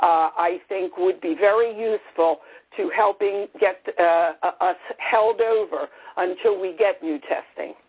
i think, would be very useful to helping get us held over until we get new testing.